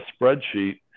spreadsheet